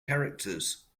characters